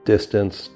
distance